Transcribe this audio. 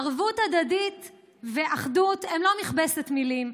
ערבות הדדית ואחדות הן לא מכבסת מילים,